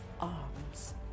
arms